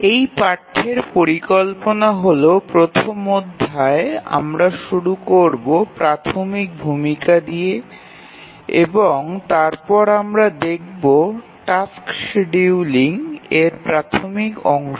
এই পাঠ্যের পরিকল্পনা হল প্রথম অধ্যায় আমরা শুরু করব প্রাথমিক ভূমিকা দিয়ে এবং তারপর আমরা দেখবো টাস্ক্ সিডিউলিং এর প্রাথমিক অংশ